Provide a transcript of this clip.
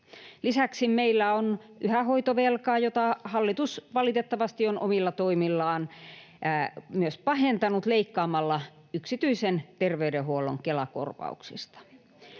Lisäksi meillä on yhä hoitovelkaa, jota hallitus valitettavasti on omilla toimillaan myös pahentanut leikkaamalla yksityisen terveydenhuollon Kela-kor-vauksista.